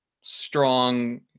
strong